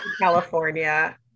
California